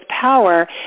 power